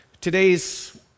Today's